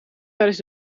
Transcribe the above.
tijdens